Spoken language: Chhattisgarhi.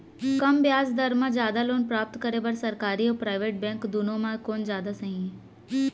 कम ब्याज दर मा जादा लोन प्राप्त करे बर, सरकारी अऊ प्राइवेट बैंक दुनो मा कोन जादा सही हे?